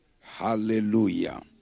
Hallelujah